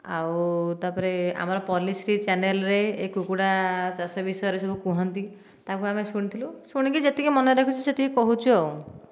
ଆଉ ତାପରେ ଆମର ପଲ୍ଲୀଶ୍ରୀ ଚ୍ୟାନେଲ୍ରେ ଏ କୁକୁଡ଼ା ଚାଷ ବିଷୟରେ ସବୁ କୁହନ୍ତି ତାକୁ ଆମେ ଶୁଣିଥିଲୁ ଶୁଣିକି ଯେତିକି ମନେରଖିଛୁ ସେତିକି କହୁଛୁ ଆଉ